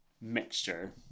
mixture